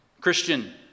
Christian